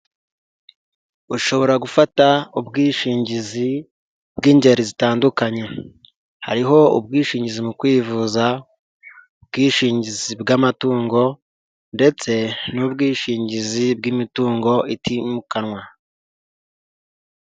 Ushobora gufata ubwishingizi bw'ingeri zitandukanye hariho ubwishingizi mu kwivuza, ubwishingizi bw'amatungo, ndetse n'ubwishingizi bw'imitungo itimukanwa.